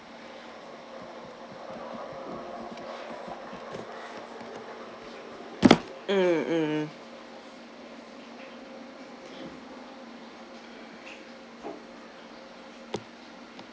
mm mm